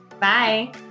Bye